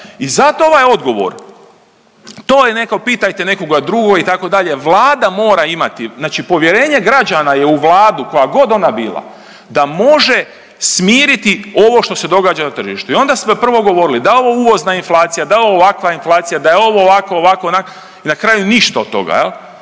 i zato ovaj odgovor. To je pitajte nekoga drugoga itd. Vlada mora imati, znači povjerenje građana je u Vladu koja god ona bila da može smiriti ovo što se događa na tržištu. I onda smo prvo govorili da je uvozna inflacija, da je ovo ovakva inflacija, da je ovo ovakvo, ovakvo i na kraju ništa od toga,